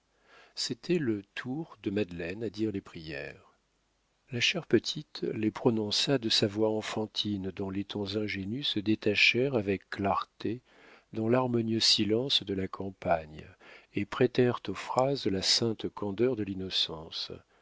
c'était le tour de madeleine à dire les prières la chère petite les prononça de sa voix enfantine dont les tons ingénus se détachèrent avec clarté dans l'harmonieux silence de la campagne et prêtèrent aux phrases la sainte candeur de l'innocence